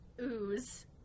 ooze